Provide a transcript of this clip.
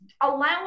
allowing